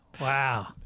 Wow